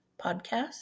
podcast